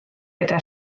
gyda